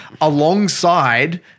alongside